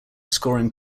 scoring